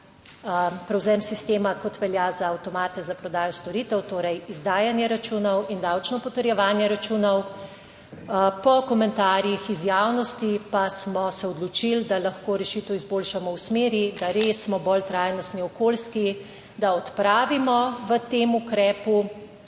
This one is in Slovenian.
prevzem sistema, kot velja za avtomate za prodajo storitev, torej izdajanje računov in davčno potrjevanje računov. Po komentarjih iz javnosti pa smo se odločili, da lahko rešitev izboljšamo v smeri, da res smo bolj trajnostni, okolijski, da odpravimo v tem ukrepu